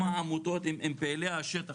עם העמותות ועם פעילי השטח,